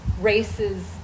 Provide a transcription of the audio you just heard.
races